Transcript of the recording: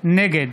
נגד